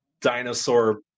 dinosaur